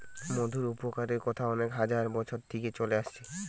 মধুর উপকারের কথা অনেক হাজার বছর থিকে চলে আসছে